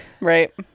Right